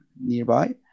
nearby